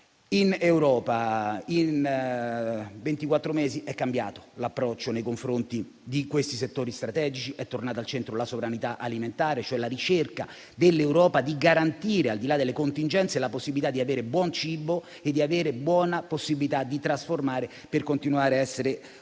In Europa in ventiquattro mesi è cambiato l'approccio nei confronti di questi settori strategici; è tornata al centro la sovranità alimentare, cioè la ricerca dell'Europa di garantire, al di là delle contingenze, la possibilità di avere buon cibo e di trasformare, per continuare a essere Continente